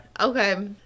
Okay